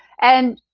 and